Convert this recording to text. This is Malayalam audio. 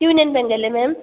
യൂണിയൻ ബാങ്ക് അല്ലേ മാം